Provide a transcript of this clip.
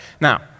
Now